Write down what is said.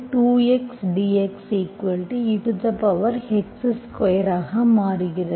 e2x dxex2 ஆக மாறுகிறது